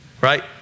right